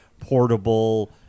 portable